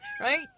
Right